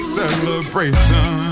celebration